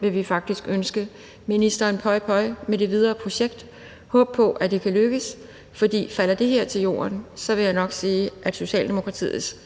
Vi vil faktisk oprigtigt ønske ministeren pøj, pøj med det videre projekt og håbe på, at det kan lykkes, for falder det her til jorden, vil jeg nok sige, at Socialdemokratiets